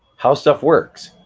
howstuffworks,